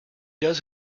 does